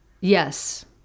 Yes